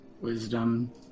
wisdom